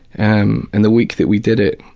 and and the week that we did it,